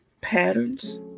patterns